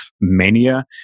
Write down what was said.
mania